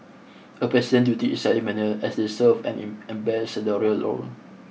a president's duty is ceremonial as they serve an ambassadorial role